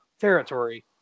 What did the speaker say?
territory